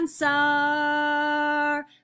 answer